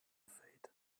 fate